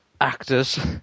actors